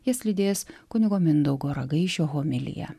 jas lydės kunigo mindaugo ragaišio homilija